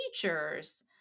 teachers